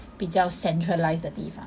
比较 centralized 的地方